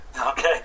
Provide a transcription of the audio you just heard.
Okay